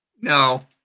No